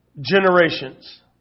generations